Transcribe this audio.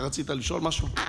אתה רצית לשאול משהו?